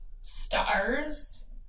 Stars